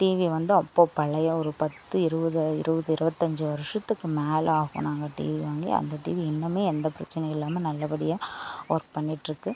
TV வந்து அப்போது பழைய ஒரு பத்து இருபது இருபது இருபத்தஞ்சி வருஷத்துக்கு மேல ஆகும் நாங்கள் டிவி வாங்கி அந்த டிவி இன்னுமே எந்த பிரச்சினையும் இல்லாமல் நல்லபடியா ஒர்க் பண்ணிட்டுருக்கு